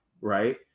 right